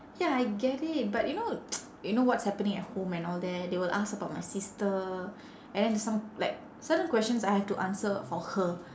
ya I get it but you know you know what's happening at home and all that they will ask about my sister and then some like certain questions I have to answer for her